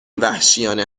وحشیانه